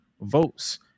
votes